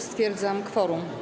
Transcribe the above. Stwierdzam kworum.